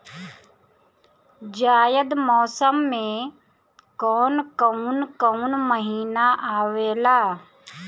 जायद मौसम में कौन कउन कउन महीना आवेला?